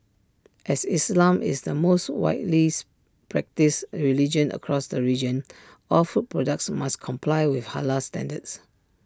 as islam is the most widely practised religion across the region all food products must comply with Halal standards